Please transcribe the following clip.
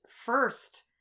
first